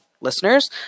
listeners